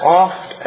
oft